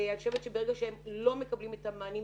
אני חושבת שברגע שהם לא מקבלים את המענים,